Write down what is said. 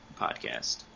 podcast